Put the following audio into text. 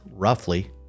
roughly